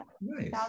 nice